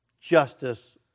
Justice